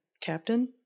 captain